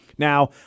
now